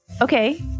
Okay